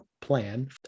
plan